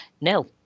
No